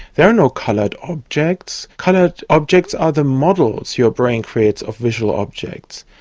there are no coloured ah objects. coloured objects are the models your brain creates of visual objects.